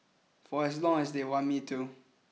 for as long as they want me to